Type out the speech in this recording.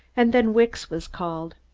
and then wicks was called.